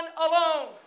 alone